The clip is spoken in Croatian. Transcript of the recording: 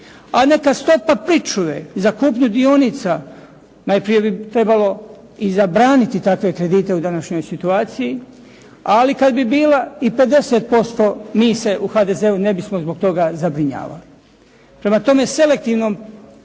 A neka stopa pričuve za kupnju dionica, najprije bi trebalo i zabraniti takve kredite u današnjoj situaciji, ali kada bi bila i 50%, mi se u HDZ-u ne bismo zbog toga zabranjivali. Prema tome, selektivnim